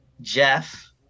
Jeff